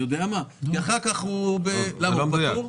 כי אחר כך הוא --- הוא פטור?